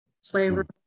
slavery